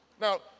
Now